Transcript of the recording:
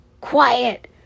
quiet